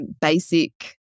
basic